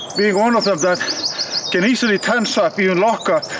being one of can easily tense ah up, even lock up.